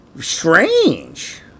strange